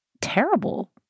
terrible